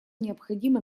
необходимо